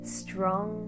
strong